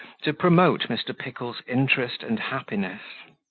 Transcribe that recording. to promote mr. pickle's interest and happiness.